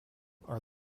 are